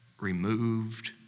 removed